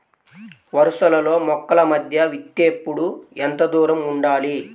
వరసలలో మొక్కల మధ్య విత్తేప్పుడు ఎంతదూరం ఉండాలి?